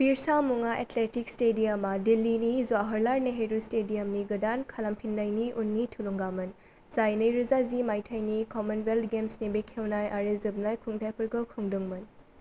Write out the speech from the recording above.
Birsa Munda athletics स्टेडियमआ दिल्लीनि जवाहरलाल नेहरू स्टेडियमनि गोदान खालामफिननायनि उननि थुलुंगामोन जाय नैरोजा जि मायथाइनि कमनवेल्ट गेम्सनि बेखेवनाय आरो जोबनाय खुंथायफोरखौ खुंदोंमोन